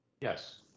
Yes